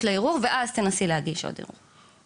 לערעור ואז תנסי להגיש עוד ערעור.